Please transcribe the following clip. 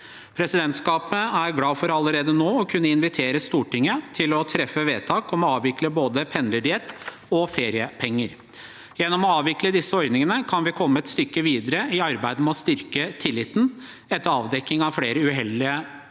Presidentskapet er glad for allerede nå å kunne invitere Stortinget til å treffe vedtak om å avvikle både pendlerdiett og feriepenger. Gjennom å avvikle disse ordningene kan vi komme et stykke videre i arbeidet med å styrke tilliten etter avdekking av flere uheldige enkeltsaker.